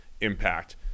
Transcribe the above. impact